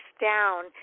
down